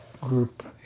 group